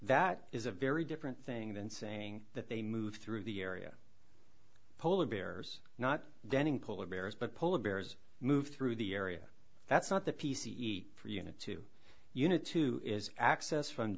that is a very different thing than saying that they move through the area polar bears not denning polar bears but polar bears move through the area that's not the p c e for unit to unit to is access from